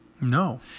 No